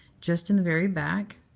just in the very back.